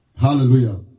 Hallelujah